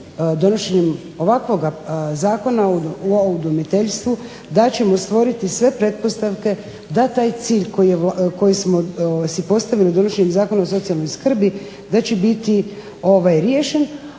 donošenjem ovakvoga Zakona o udomiteljstvu da ćemo stvoriti sve pretpostavke da taj cilj koji smo si postavili donošenjem Zakona o socijalnoj skrbi da će biti riješen.